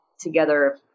together